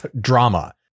drama